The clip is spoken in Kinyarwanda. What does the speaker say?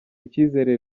icyizere